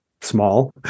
small